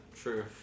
true